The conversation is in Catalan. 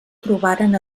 trobaren